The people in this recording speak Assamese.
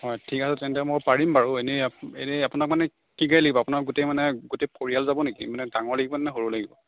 হয় ঠিক আছে তেন্তে মই পাৰিম বাৰু এনে আপো এনে আপোনাক মানে কি গাড়ী লাগিব আপোনাৰ গোটেই মানে গোটেই পৰিয়াল যাব নেকি মানে ডাঙৰ লাগিবনে সৰু লাগিব